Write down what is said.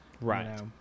Right